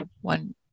one